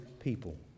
people